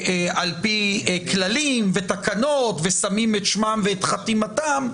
על פי כללים ותקנות, ושמים את שמם ואת חתימתם.